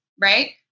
right